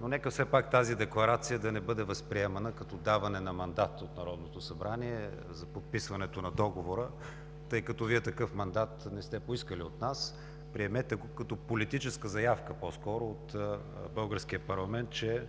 но все пак тази декларация да не бъде възприемана като даване на мандат от Народното събрание за подписването на договора, тъй като Вие такъв мандат не сте поискали от нас. Приемете го като политическа заявка по-скоро от българския парламент, че